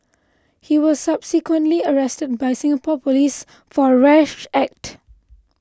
he was subsequently arrested by Singapore police for a rash act